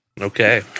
Okay